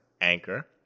Anchor